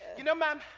you know ma'am,